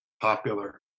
popular